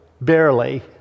barely